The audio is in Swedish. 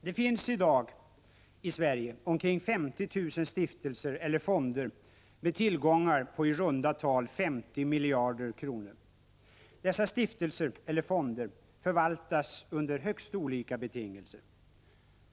Fru talman! I Sverige finns i dag omkring 50 000 stiftelser eller fonder med tillgångar på i runda tal 50 miljarder kronor. Dessa stiftelser eller fonder förvaltas under högst olika betingelser.